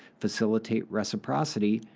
facilitate reciprocity,